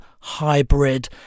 hybrid